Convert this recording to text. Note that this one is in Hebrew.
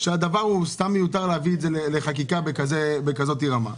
שהדבר הוא סתם מיותר להביא את זה לחקיקה בכזאת רמה.